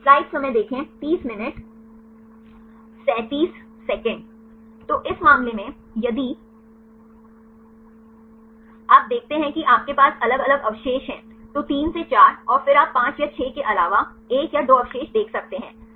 तो इस मामले में यदि आप देखते हैं कि आपके पास अलग अलग अवशेष हैं तो 3 से 4 और फिर आप 5 या 6 के अलावा एक या 2 अवशेष देख सकते हैं